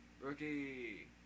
rookie